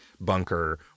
bunker